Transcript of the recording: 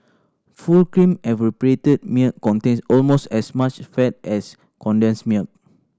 full cream evaporated milk contains almost as much fat as condensed milk